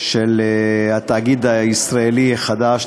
של התאגיד הישראלי החדש,